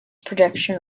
production